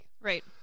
Right